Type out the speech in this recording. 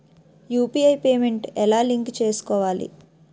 UPI payment ఎలా link చేసుకోవాలి?